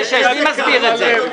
מי מסביר את זה?